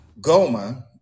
Goma